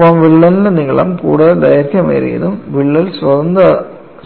ഒപ്പം വിള്ളലിന്റെ നീളം കൂടുതൽ ദൈർഘ്യമേറിയതും വിള്ളൽ